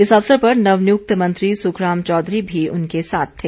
इस अवसर पर नवनियुक्त मंत्री सुखराम चौधरी भी उनके साथ थे